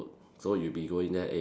so you'll be going there eh